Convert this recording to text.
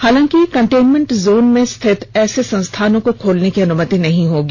हालांकि containment zone में स्थित ऐसे संस्थानों को खोलने की अनुमति नहीं होगी